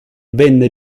venne